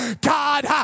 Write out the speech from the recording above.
God